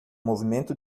movimento